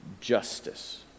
justice